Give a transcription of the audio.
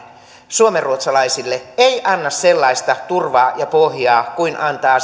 suomenruotsalaisille ei anna sellaista turvaa ja pohjaa kuin antaa se että